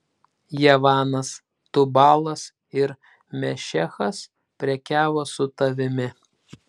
javanas tubalas ir mešechas prekiavo su tavimi